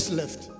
left